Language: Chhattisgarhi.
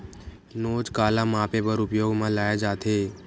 नोच काला मापे बर उपयोग म लाये जाथे?